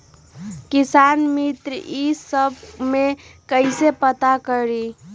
किसान मित्र ई सब मे कईसे पता करी?